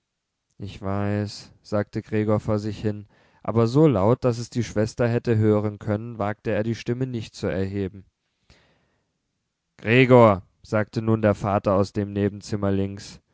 ich weiß sagte gregor vor sich hin aber so laut daß es die schwester hätte hören können wagte er die stimme nicht zu erheben gregor sagte nun der vater aus dem nebenzimmer links